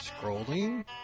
Scrolling